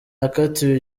yakatiwe